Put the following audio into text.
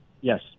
Yes